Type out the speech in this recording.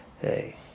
Hey